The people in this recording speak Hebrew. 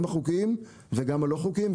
גם החוקיים וגם הלא חוקיים,